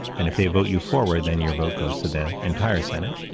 and if they vote you forward, then your vote goes to the entire senate.